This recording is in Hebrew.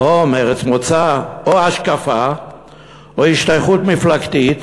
לאום, ארץ מוצא או השקפה או השתייכות מפלגתית,